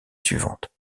suivante